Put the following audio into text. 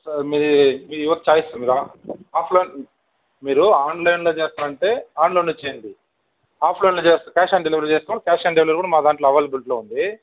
sir మీ మీ your choice మీద ఆఫ్లైన్ మీరు ఆన్లైన్లో చేస్తానంటే ఆన్లోనే చేయండి ఆఫ్లైన్లో చేస్త క్యాష్ ఆన్ డెలివరీ చేసుకొని క్యాష్ ఆన్ డెలివరీ కూడా మా దాంట్లో అవైలబిలిటీలో ఉంది